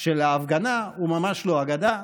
של ההפגנה הוא ממש לא אגדה.